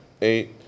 eight